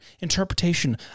interpretation